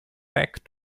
back